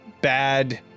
bad